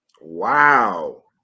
Wow